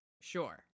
Sure